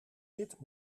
zit